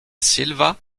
silva